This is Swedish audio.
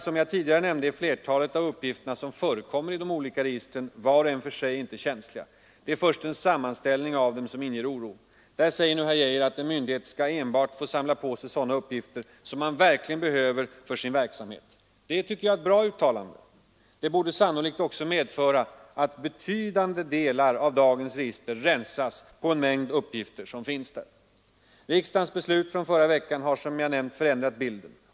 Som jag tidigare nämnde är flertalet av de uppgifter som förekommer i olika register, var och en för sig, inte känsliga. Det är först en sammanställning av dem som inger oro. Där säger nu herr Geijer att en myndighet skall enbart få samla på sig sådana uppgifter som man verkligen behöver för sin verksamhet. Det är ett bra uttalande. Det borde sannolikt också medföra att betydande delar av dagens register rensas på en mängd uppgifter. Riksdagens beslut från förra veckan har, som jag nämnde, förändrat bilden.